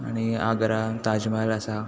आनी आग्रांत ताज महल आसा